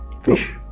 Fish